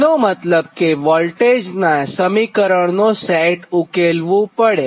તેનો મતલબ વોલ્ટેજ નાં સમીકરણનો સેટ ઉકેલવું પડે